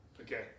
Okay